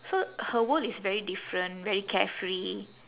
so her world is very different very carefree